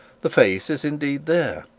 the face is indeed there,